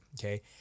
okay